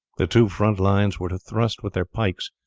the two front lines were to thrust with their pikes,